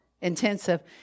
intensive